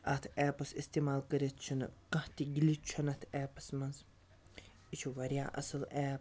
اَتھ ایپَس استعمال کٔرِتھ چھُنہٕ کانٛہہ تہِ گِلِچ چھُنہٕ اَتھ ایپَس منٛز یہِ چھُ واریاہ اَصٕل ایپ